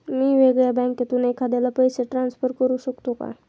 मी वेगळ्या बँकेतून एखाद्याला पैसे ट्रान्सफर करू शकतो का?